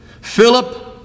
Philip